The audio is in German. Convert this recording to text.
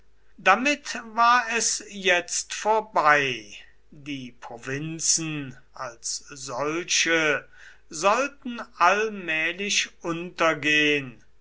damit war es jetzt vorbei die provinzen als solche sollten allmählich untergehen